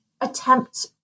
attempt